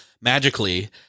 magically